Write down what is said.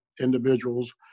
individuals